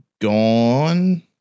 gone